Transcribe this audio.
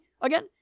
again